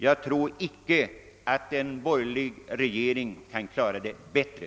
Jag tror inte att en borgerlig regering kan klara den saken bättre.